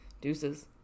Deuces